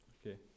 okay